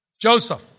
Joseph